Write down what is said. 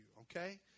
okay